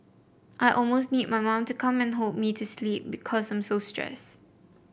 I almost need my mum to come and hold me to sleep because I'm so stressed